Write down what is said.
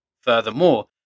Furthermore